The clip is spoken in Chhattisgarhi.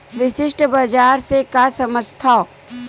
विशिष्ट बजार से का समझथव?